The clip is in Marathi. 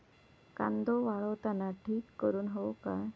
कांदो वाळवताना ढीग करून हवो काय?